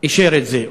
אישר את זה.